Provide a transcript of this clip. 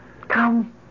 Come